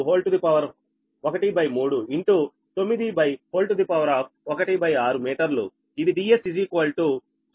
453 మీటర్లుగా ఇస్తుంది